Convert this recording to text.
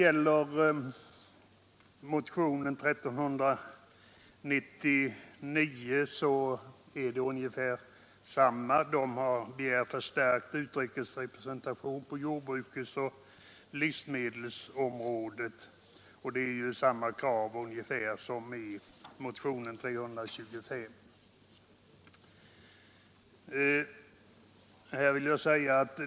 I motionen 1399 hemställes om förstärkt utrikesrepresentation på jordbruksoch livsmedelsområdena, vilket ju är ungefär samma krav som i motionen 325.